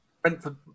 Brentford